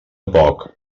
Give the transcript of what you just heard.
poc